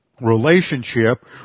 relationship